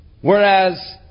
Whereas